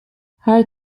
her